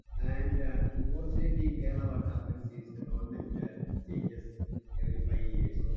and unfortunately in kerala what happens is the government changes every five years,